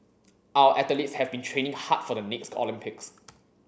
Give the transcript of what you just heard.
our athletes have been training hard for the next Olympics